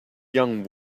young